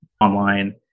online